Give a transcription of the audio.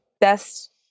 best